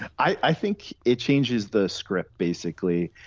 i think it changes the script basically.